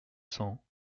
cents